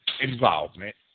involvement